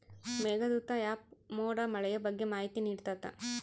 Meghdoot app ಮೋಡ ಮಳೆಯ ಬಗ್ಗೆ ಮಾಹಿತಿ ನಿಡ್ತಾತ